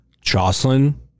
Jocelyn